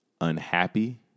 Unhappy